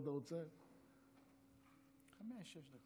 עוברים להצעת חוק הביטוח הלאומי (תיקון מס' 231),